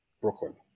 brooklyn